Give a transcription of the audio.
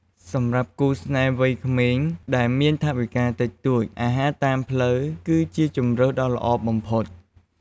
សម្រាប់គូស្នេហ៍វ័យក្មេងដែលមានថវិកាតិចតួច អាហារតាមផ្លូវគឺជាជម្រើសដ៏ល្អបំផុត។